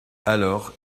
alors